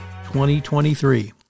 2023